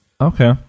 Okay